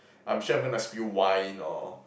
I'm sure I'm gonna spill wine or